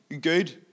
good